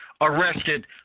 arrested